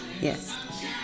yes